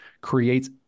creates